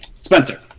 Spencer